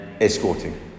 escorting